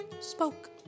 spoke